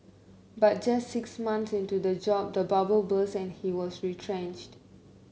but just six months into the job the bubble burst and he was retrenched